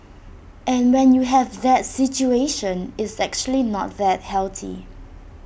and when you have that situation it's actually not that healthy